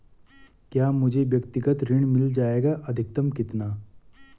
क्या मुझे व्यक्तिगत ऋण मिल जायेगा अधिकतम कितना?